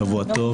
שבוע טוב.